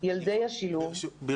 ילדי השילוב -- מיכל,